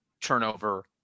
turnover